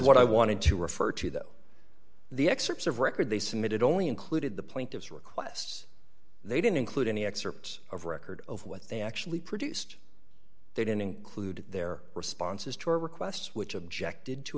what i wanted to refer to though the excerpts of record they submitted only included the plaintiff's requests they didn't include any excerpts of record of what they actually produced they didn't include their responses to our requests which objected to